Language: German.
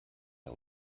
der